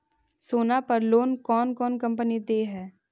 सोना पर लोन कौन कौन कंपनी दे है?